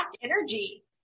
energy